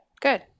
Good